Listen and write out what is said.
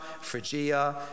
Phrygia